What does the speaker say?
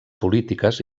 polítiques